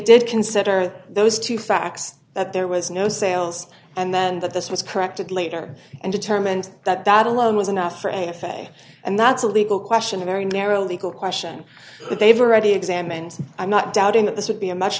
did consider those two facts that there was no sales and then that this was corrected later and determined that that alone was enough for anything and that's a legal question in a very narrow legal question that they've already examined i'm not doubting that this would be a much